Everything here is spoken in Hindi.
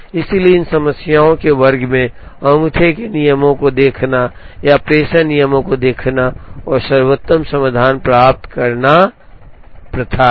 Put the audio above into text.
इसलिए इन समस्याओं के वर्ग में अंगूठे के नियमों को देखना या प्रेषण नियमों को देखना और सर्वोत्तम समाधान प्राप्त करना प्रथा है